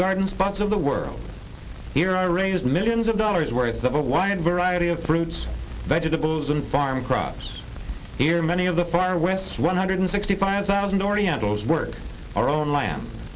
garden spots of the world here i raise millions of dollars worth of a wide variety of fruits vegetables and farm crops here many of the far west one hundred sixty five thousand orientals work our own land